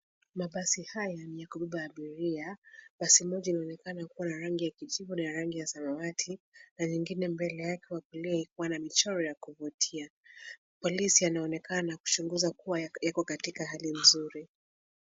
Mabasi haya ya kubeba abiria. Basi moja linaonekana kuwa na rangi ya kijivu na rangi ya samawati na nyingine mbele yake kwa kulia ikiwa na michoro ya kuvutia. Polisi aonekana kuchunguza kuwa yako katika hali nzuri.